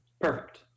Perfect